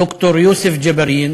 ד"ר יוסף ג'בארין